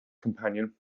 companion